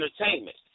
Entertainment